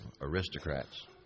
aristocrats